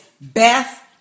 Beth